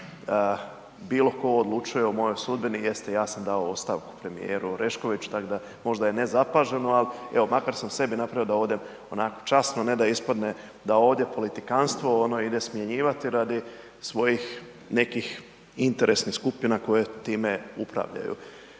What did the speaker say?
bilo tko odlučuje o mojoj sudbini. Jeste, ja sam dao ostavku premjeru Oreškoviću, tako da možda je nezapaženo, ali makar sam sebi napravio, da ovdje, časno ne da ispadne da ovdje politikantstvo ono ide smanjivati radi svojih nekih interesnih skupina koje time upravljaju.